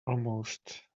almost